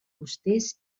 fusters